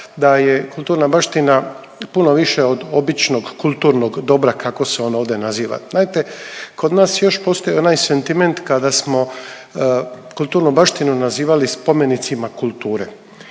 da je kulturna baština puno više od običnog kulturnog dobra kako se on ovdje naziva. Znate kod nas još postoji onaj sentiment kada smo kulturnu baštinu nazivali spomenicima kulture